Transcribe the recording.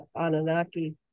Anunnaki